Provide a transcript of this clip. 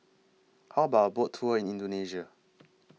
How about A Boat Tour in Indonesia